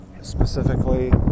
specifically